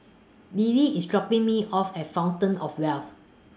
Lily IS dropping Me off At Fountain of Wealth